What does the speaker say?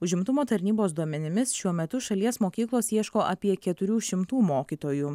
užimtumo tarnybos duomenimis šiuo metu šalies mokyklos ieško apie keturių šimtų mokytojų